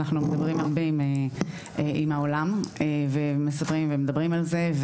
אנחנו מדברים הרבה עם העולם ומספרים ומדברים על זה.